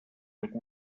would